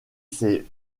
ses